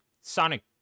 Sonic